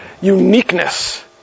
uniqueness